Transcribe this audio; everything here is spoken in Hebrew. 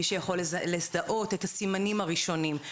מי שיכול לזהות את הסימנים הראשונים,